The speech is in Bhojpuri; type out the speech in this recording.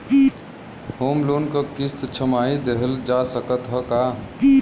होम लोन क किस्त छमाही देहल जा सकत ह का?